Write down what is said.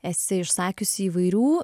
esi išsakiusi įvairių